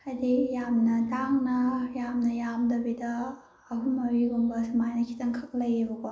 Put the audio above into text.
ꯍꯥꯏꯗꯤ ꯌꯥꯝꯅ ꯇꯥꯡꯅ ꯌꯥꯝꯅ ꯌꯥꯝꯗꯕꯤꯗ ꯑꯍꯨꯝ ꯃꯔꯤꯒꯨꯝꯕ ꯁꯨꯃꯥꯏꯅ ꯈꯤꯇꯪ ꯈꯛ ꯂꯩꯌꯦꯕꯀꯣ